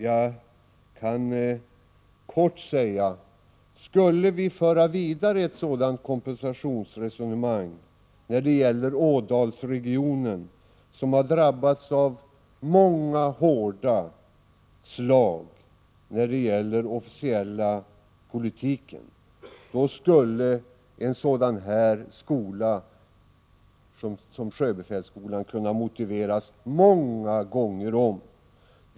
Jag kan kortfattat säga, att om vi skulle föra ett sådant kompensationsresonemang beträffande Ådalsregionen, som har drabbats av många hårda slag när det gäller den officiella politiken, skulle en skola som sjöbefälsskolan kunna motiveras många gånger om.